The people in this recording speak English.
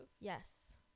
Yes